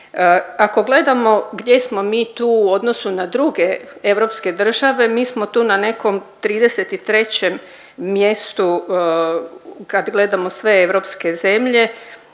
Ako gledamo gdje smo mi tu u odnosu na druge europske države, mi smo tu na nekom 33. mjestu kad gledamo na sve europske zemlje,